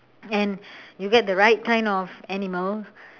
and you get the right kind of animal